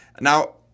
Now